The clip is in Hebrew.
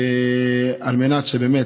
על מנת שבאמת,